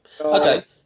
Okay